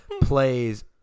plays